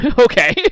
Okay